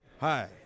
Hi